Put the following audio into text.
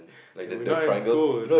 and we not in school